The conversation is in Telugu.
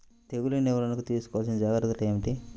తెగులు నివారణకు తీసుకోవలసిన జాగ్రత్తలు ఏమిటీ?